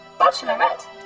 bachelorette